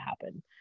happen